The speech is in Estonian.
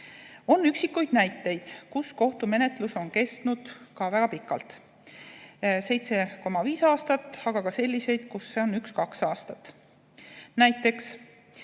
On üksikuid näiteid, kui kohtumenetlus on kestnud ka väga pikalt, 7,5 aastat, aga ka selliseid, kui see on kestnud üks-kaks